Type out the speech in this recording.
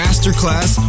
Masterclass